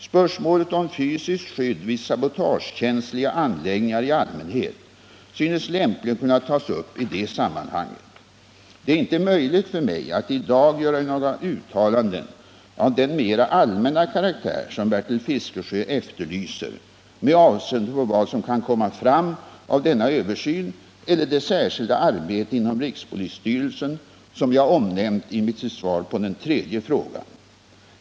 Spörsmålet om fysiskt skydd vid sabotagekänsliga anläggningar i allmänhet synes lämpligen kunna tas upp i det sammanhanget. Det är inte möjligt för mig att i dag göra några uttalanden av den mera allmänna karaktär som Bertil Fiskesjö efterlyser med avseende på vad som kan komma fram av denna översyn eller det särskilda arbete inom rikspolisstyrelsen som jag har omnämnt i mitt svar på den tredje frågan.